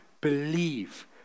believe